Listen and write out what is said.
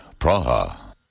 Praha